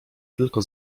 tylko